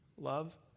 Love